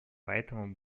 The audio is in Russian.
поэтому